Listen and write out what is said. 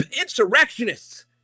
insurrectionists